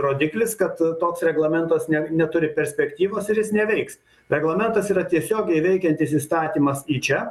rodiklis kad toks reglamentas ne neturi perspektyvos ir jis neveiks reglamentas yra tiesiogiai veikiantis įstatymas į čia